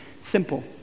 simple